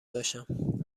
باشم